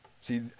See